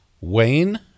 Wayne